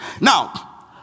Now